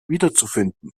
wiederzufinden